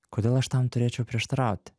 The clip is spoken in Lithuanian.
kodėl aš tam turėčiau prieštarauti